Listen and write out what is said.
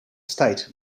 state